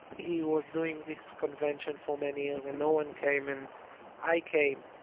he was doing this convention for many years and no one came, and i came.